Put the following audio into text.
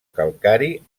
calcari